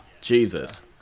Jesus